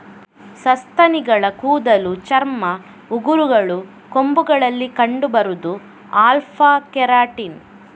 ಸಸ್ತನಿಗಳ ಕೂದಲು, ಚರ್ಮ, ಉಗುರುಗಳು, ಕೊಂಬುಗಳಲ್ಲಿ ಕಂಡು ಬರುದು ಆಲ್ಫಾ ಕೆರಾಟಿನ್